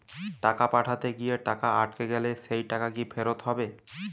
টাকা পাঠাতে গিয়ে টাকা আটকে গেলে সেই টাকা কি ফেরত হবে?